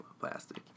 plastic